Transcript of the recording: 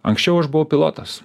anksčiau aš buvau pilotas